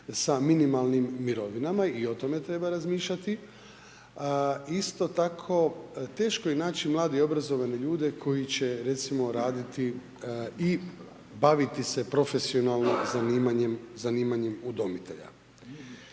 sa minimalnim mirovinama, i o tome treba razmišljati. Isto tako teško je naći mlade i obrazovane ljude koji će recimo raditi i baviti se profesionalno zanimanjem udomitelja.